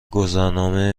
گذرنامه